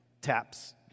Taps